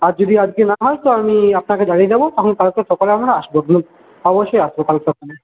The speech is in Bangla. আর যদি আজ কে না হয় তো আমি আপনাকে জানিয়ে দেব তখন কালকে সকালে আমরা আসব অবশ্যই আসব কাল সকালে